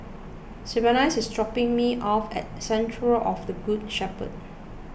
Sylvanus is dropping me off at Cathedral of the Good Shepherd